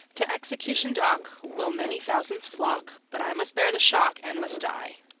to execution dock, will many thousands flock, but i must bear the shock, and must die.